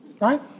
right